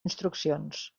instruccions